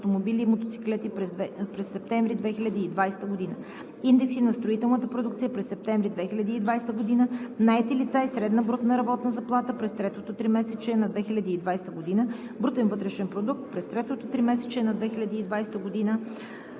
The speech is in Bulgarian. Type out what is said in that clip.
и мотоциклети през септември 2020 г.; Индекси на строителната продукция през септември 2020 г.; Наети лица и средна брутна работна заплата през третото тримесечие на 2020 г.; Брутен вътрешен продукт през третото тримесечие на 2020 г.;